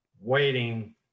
waiting